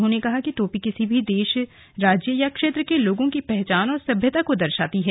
उन्होंने कहा कि टोपी किसी भी देश राज्य या क्षेत्र के लोगों की पहचान और सभ्यता को दर्शाती है